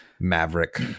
maverick